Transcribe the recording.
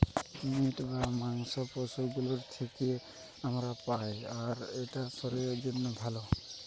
meet বা মাংস পশু গুলোর থিকে আমরা পাই আর এটা শরীরের জন্যে ভালো